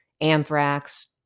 anthrax